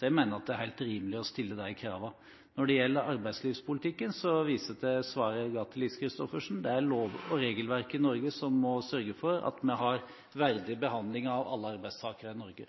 Jeg mener det er helt rimelig å stille de kravene. Når det gjelder arbeidslivspolitikken, viser jeg til svaret jeg ga til Lise Christoffersen. Det er lov- og regelverk i Norge som må sørge for at vi har verdig behandling av alle